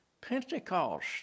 Pentecost